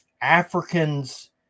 Africans